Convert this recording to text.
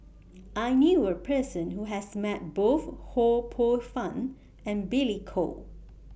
I knew A Person Who has Met Both Ho Poh Fun and Billy Koh